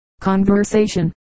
Conversation